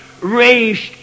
raised